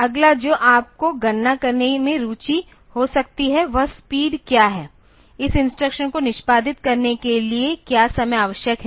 अगला जो आपको गणना करने में रुचि हो सकती है वह स्पीड क्या है इस इंस्ट्रक्शन को निष्पादित करने के लिए क्या समय आवश्यक है